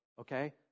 Okay